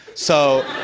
so,